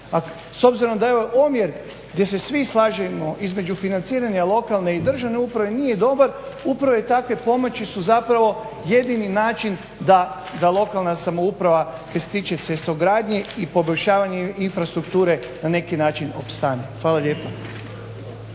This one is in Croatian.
s obzirom da je ovo omjer gdje se svi slažemo između financiranja lokalne i državne uprave nije dobar upravo takve pomoći su jedini način da lokalna samouprava što se tiče cestogradnje i poboljšavanja infrastrukture na neki način opstane. Hvala lijepa.